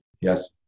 Yes